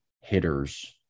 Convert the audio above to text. hitters